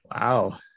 wow